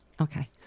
Okay